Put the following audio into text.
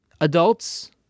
Adults